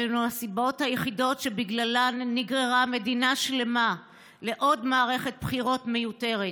אלו הסיבות היחידות שבגללן נגררה מדינה שלמה לעוד מערכת בחירות מיותרת,